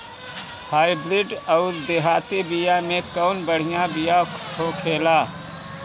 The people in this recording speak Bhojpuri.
हाइब्रिड अउर देहाती बिया मे कउन बढ़िया बिया होखेला?